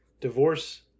divorce